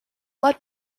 blood